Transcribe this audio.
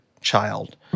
child